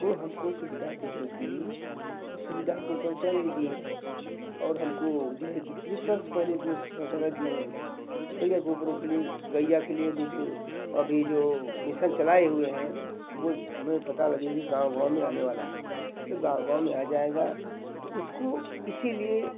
वो हमको सुविधा देने के लिए और सुविधा को शौचालय दिए हैं और हमको जो है कि पहले जो शौचालय दिए हैं गइया गोबरों के लिए गइया के लिए भी जो अभी जो मिसन चलाए हुए हैं वो मुझे पता लगे किस गाँव गाँव में आने वाला है तो गाँव गाँव में आ जाएगा तो उसको इसीलिए